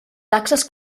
taxes